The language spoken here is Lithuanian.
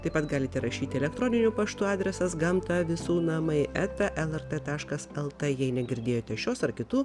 taip pat galite rašyti elektroniniu paštu adresas gamta visų namai eta lrt taškas lt jei negirdėjote šios ar kitų